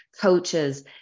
coaches